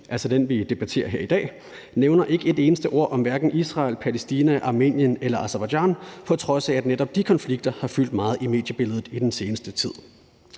altså den, vi debatterer her i dag, har ikke et eneste ord om hverken Israel, Palæstina, Armenien eller Azerbaijan, på trods af at netop de konflikter har fyldt meget i mediebilledet i den seneste tid.